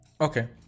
okay